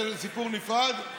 זה סיפור נפרד,